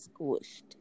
squished